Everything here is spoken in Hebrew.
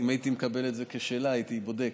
אם הייתי מקבל את זה כשאלה הייתי בודק,